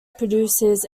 produces